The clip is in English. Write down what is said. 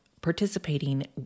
participating